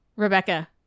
Rebecca